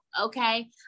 okay